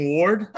Ward